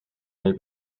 may